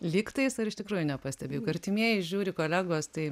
lygtais ar iš tikrųjų nepastebi artimieji žiūri kolegos tai